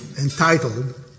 entitled